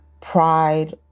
pride